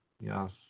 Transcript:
Yes